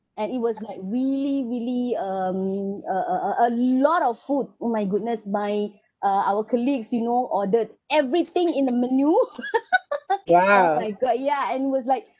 and it was like really really um uh uh uh a lot of food oh my goodness my uh our colleagues you know ordered everything in the menu oh my god ya and it was like